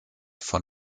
von